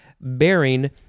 bearing